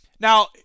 Now